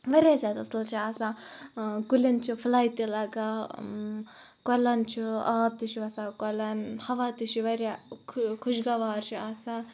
واریاہ زیادٕ اَصٕل چھِ آسان کُلٮ۪ن چھِ فٕلَے تہِ لَگان کۄلَن چھُ آب تہِ چھِ وَسان کۄلَن ہوا تہِ چھُ واریاہ خوشگوار چھُ آسان